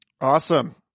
Awesome